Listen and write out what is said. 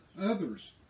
others